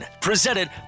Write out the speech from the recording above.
presented